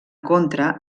contra